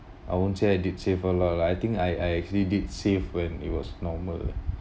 I won't say I did save a lot lah I think I I actually did save when it was normal